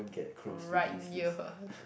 right ear